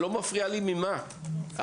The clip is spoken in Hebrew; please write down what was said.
לא משנה לי ממה הם יהיו עשויים,